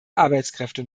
arbeitskräfte